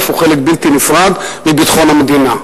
הוא חלק בלתי נפרד מביטחון המדינה,